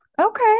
Okay